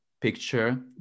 picture